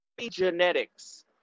epigenetics